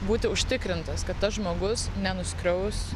būti užtikrintas kad tas žmogus nenuskriaus